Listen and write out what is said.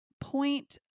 point